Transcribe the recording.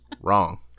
Wrong